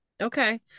Okay